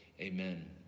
Amen